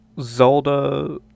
Zelda